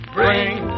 Bring